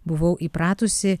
buvau įpratusi